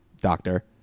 doctor